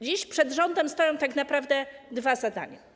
Dziś przed rządem stoją tak naprawdę dwa zadania.